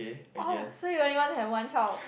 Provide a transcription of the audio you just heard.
oh so you only want have one child